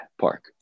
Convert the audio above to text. park